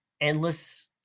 endless